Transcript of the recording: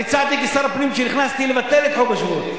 הרי כשר הפנים הצעתי לבטל את חוק השבות.